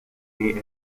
lay